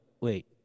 Wait